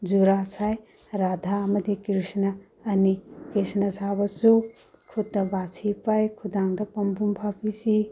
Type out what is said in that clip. ꯖꯨꯔꯥ ꯁꯥꯏ ꯔꯥꯙꯥ ꯑꯃꯗꯤ ꯀ꯭ꯔꯤꯁꯅ ꯑꯅꯤ ꯀ꯭ꯔꯤꯁꯅ ꯁꯥꯕꯁꯨ ꯈꯨꯠꯇ ꯕꯥꯁꯤ ꯄꯥꯏ ꯈꯨꯗꯥꯡꯗ ꯄꯥꯝꯕꯣꯝ ꯐꯥꯕꯤ ꯁꯤ